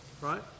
Right